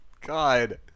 God